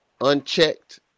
unchecked